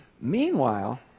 Meanwhile